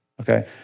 Okay